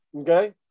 Okay